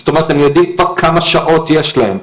זאת אומרת הם יודעים כבר כמה שעות יש להם.